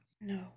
No